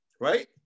right